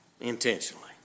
intentionally